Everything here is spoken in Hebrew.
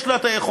יש לה היכולת.